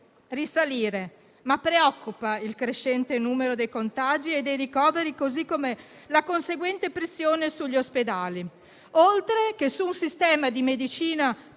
risalire, ma preoccupa il crescente numero dei contagi e dei ricoveri così come la conseguente pressione sugli ospedali, oltre che su un sistema di medicina